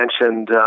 mentioned